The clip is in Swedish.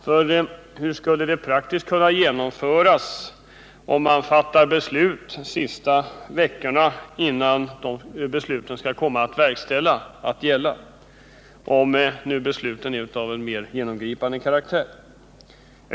För hur skall man praktiskt kunna genomföra beslut som fattas ett par veckor innan de skall komma att verkställas, om nu besluten är av mer genomgripande karaktär?